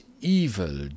evil